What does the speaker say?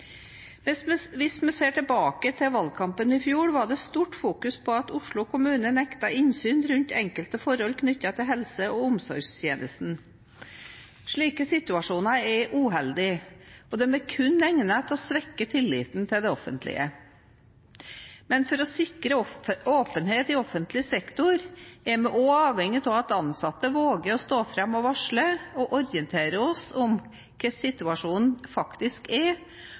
Hvis vi ser tilbake til valgkampen i fjor, var det stort fokus på at Oslo kommune nektet innsyn rundt enkelte forhold knyttet til helse- og omsorgstjenesten. Slike situasjoner er uheldig og er kun egnet til å svekke tilliten til det offentlige. Men for å sikre åpenhet i offentlig sektor er vi også avhengig av at ansatte våger å stå fram og varsle og orientere oss om hvordan situasjonen faktisk er,